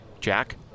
Jack